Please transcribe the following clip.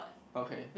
okay